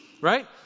right